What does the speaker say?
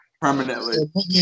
permanently